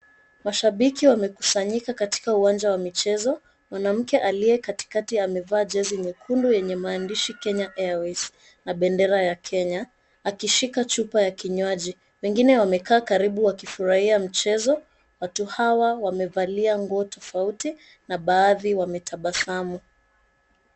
Mashabiki wamekusanyika katika uwanja wa michezo, mwanamke aliyekatikati amevaa jezi nyekundu yenye maandishi Kenya Airways na bendera ya Kenya, akishika chupa ya kinywaji. Wengine wamekaa karibu wakifurahia mchezo, watu hawa wamevalia nguo tofauti na baadhi wametabasamu.